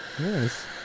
Yes